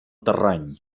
terreny